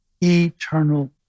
eternal